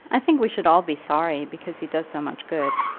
i think we should all be sorry, because he does so much good.